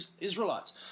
Israelites